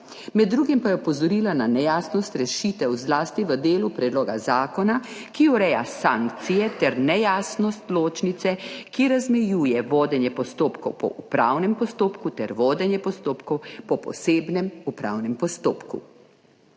Med drugim pa je opozorila na nejasnost rešitev zlasti v delu predloga zakona, ki ureja sankcije ter nejasnost, ločnice, ki razmejuje vodenje postopkov po upravnem postopku ter vodenje postopkov po posebnem upravnem postopku.